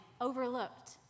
overlooked